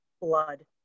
blood